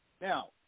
now